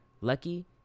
lucky